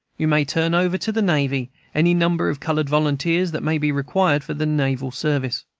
you may turn over to the navy any number of colored volunteers that may be required for the naval service.